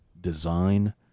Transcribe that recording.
design